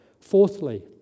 Fourthly